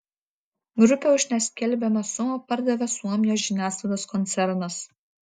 grupę už neskelbiamą sumą pardavė suomijos žiniasklaidos koncernas